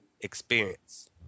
experience